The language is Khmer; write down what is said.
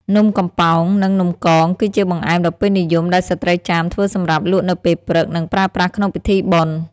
នំកំប៉ោង និងនំកង គឺជាបង្អែមដ៏ពេញនិយមដែលស្ត្រីចាមធ្វើសម្រាប់លក់នៅពេលព្រឹក និងប្រើប្រាស់ក្នុងពិធីបុណ្យ។